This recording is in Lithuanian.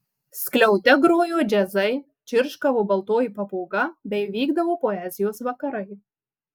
skliaute grojo džiazai čirškavo baltoji papūga bei vykdavo poezijos vakarai